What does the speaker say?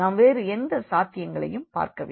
நாம் வேறு எந்த சாத்தியங்களையும் பார்க்கவில்லை